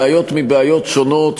בעיות מבעיות שונות,